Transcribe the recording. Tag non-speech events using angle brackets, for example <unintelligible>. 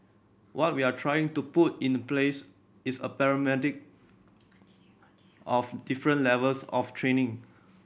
what we're trying to put in place is a <unintelligible> of different levels of training